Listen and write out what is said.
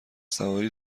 سواری